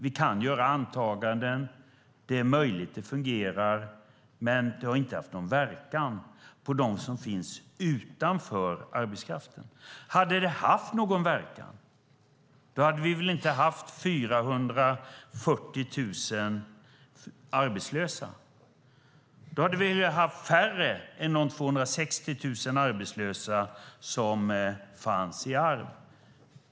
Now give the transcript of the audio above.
Vi kan göra antaganden, och det är möjligt att det fungerar, men det har inte haft någon verkan på dem som finns utanför arbetskraften. Hade det haft någon verkan skulle vi inte ha haft 440 000 arbetslösa. Då hade vi haft färre än de 260 000 arbetslösa som gick i arv.